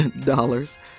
dollars